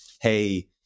hey